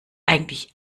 eigentlich